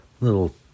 little